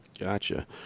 Gotcha